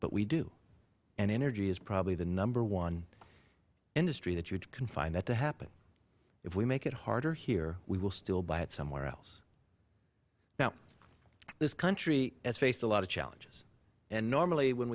but we do and energy is probably the number one industry that you can find that that could happen if we make it harder here we will still buy it somewhere else now this country has faced a lot of challenges and normally when